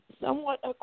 somewhat